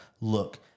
look